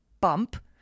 bump